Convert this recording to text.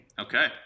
Okay